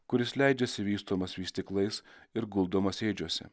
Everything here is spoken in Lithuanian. kuris leidžiasi vystomas vystyklais ir guldomas ėdžiose